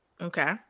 Okay